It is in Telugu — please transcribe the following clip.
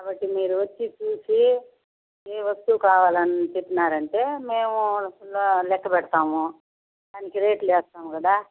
కాబట్టి మీరు వచ్చి చూసి ఏ వస్తువు కావాలని చెప్పినారు అంటే మేము లెక్క పెడతాం దానికి రేట్లు వేస్తాం కదా